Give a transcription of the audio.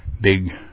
big